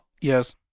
Yes